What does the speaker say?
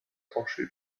tranchée